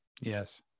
Yes